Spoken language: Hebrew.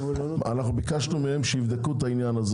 ביקשנו מהם שיבדקו את העניין.